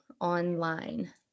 online